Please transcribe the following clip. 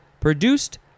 produced